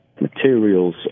materials